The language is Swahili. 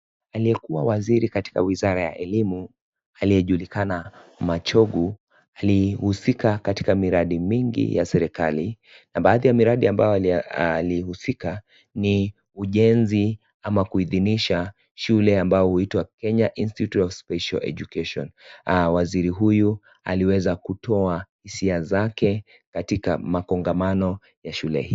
Aliyekua waziri wa elimu aliyejulikana Machogu alihusika katika miradhi mingi ya serikali na baadhi ya miradhi hiyo ni ujenzi wa shule ama kuhidhinisha shule yaani Kenya institute of special education waziri huyu aliweza kutoa hisia zake katika kongamano hili .